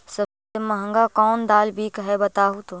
सबसे महंगा कोन दाल बिक है बताहु तो?